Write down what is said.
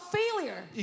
failure